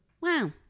Wow